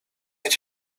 need